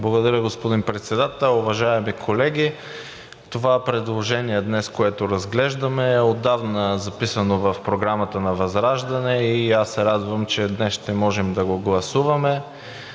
Благодаря, господин Председател. Уважаеми колеги, това предложение, което разглеждаме днес, е отдавна записано в програмата на ВЪЗРАЖДАНЕ и аз се радвам, че днес ще можем да го гласуваме.